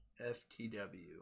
FTW